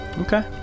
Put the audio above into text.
Okay